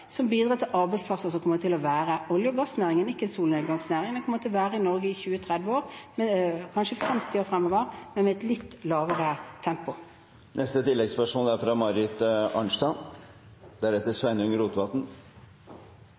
ikke en solnedgangsnæring, den kommer til å være i Norge i 20–30 år, kanskje 50 år fremover, men med et litt lavere tempo. Marit Arnstad – til oppfølgingsspørsmål. Dette er